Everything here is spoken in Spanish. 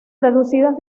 reducidas